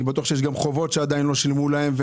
אני בטוח שיש גם חובות שעדיין לא שילמו להם,